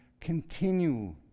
continue